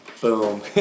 Boom